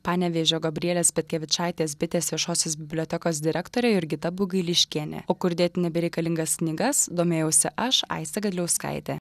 panevėžio gabrielės petkevičaitės bitės viešosios bibliotekos direktorė jurgita bugailiškienė o kur dėti nebereikalingas knygas domėjausi aš aistė gadliauskaitė